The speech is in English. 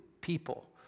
people